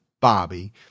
Bobby